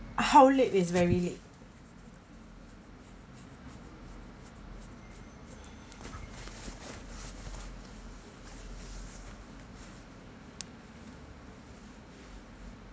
how late is very late